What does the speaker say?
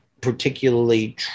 particularly